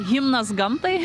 himnas gamtai